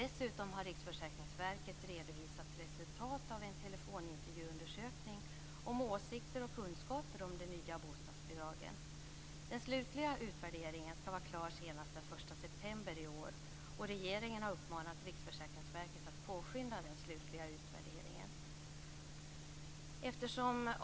Dessutom har Riksförsäkringsverket redovisat resultat av en telefonintervjuundersökning om åsikter och kunskaper om de nya bostadsbidragen. Den slutliga utvärderingen skall vara klar senast den 1 september i år. Regeringen har uppmanat Riksförsäkringsverket att påskynda den slutliga utvärderingen.